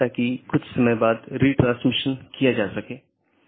तो यह एक तरह की नीति प्रकारों में से हो सकता है